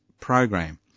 program